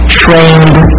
trained